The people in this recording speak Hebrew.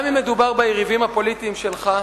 גם אם מדובר ביריבים הפוליטיים שלך.